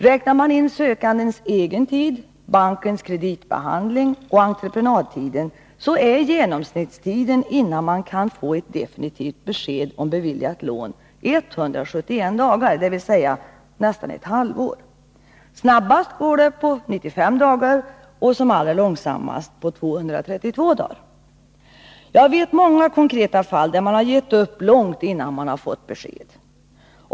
Räknar man in sökandens egen tid, bankens kreditbehandling och entreprenadtiden, är genomsnittstiden innan man kan få ett definitivt besked om ett beviljat lån 171 dagar, dvs. nästan ett halvår. När det går som snabbast tar det 95 dagar och som allra långsammast 232 dagar. Jag känner till flera konkreta fall, där man har gett upp långt innan man fått besked.